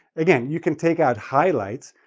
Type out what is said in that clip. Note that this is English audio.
again, you can take out highlights.